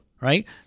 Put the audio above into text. Right